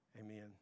Amen